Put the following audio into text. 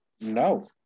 No